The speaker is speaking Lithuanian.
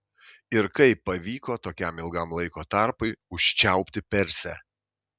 ir kaip pavyko tokiam ilgam laiko tarpui užčiaupti persę